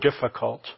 difficult